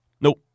Nope